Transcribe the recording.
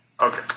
Okay